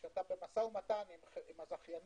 כשאתה במשא ומתן עם הזכיינים,